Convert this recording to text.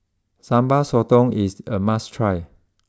Sambal Sotong is a must try